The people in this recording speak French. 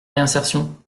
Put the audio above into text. réinsertion